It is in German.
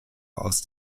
aus